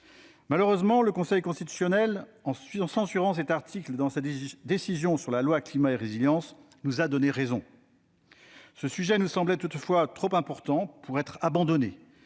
Malheureusement, le Conseil constitutionnel, en censurant cet article dans sa décision sur ladite loi, nous a donné raison. Ce sujet nous semblait toutefois trop important pour être abandonné.